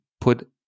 put